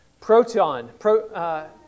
proton